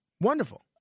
Wonderful